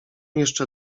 jeszcze